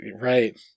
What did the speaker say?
right